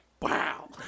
wow